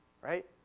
Right